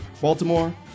Baltimore